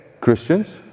Christians